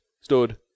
stood